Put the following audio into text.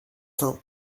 sainte